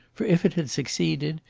for, if it had succeeded,